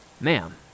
Ma'am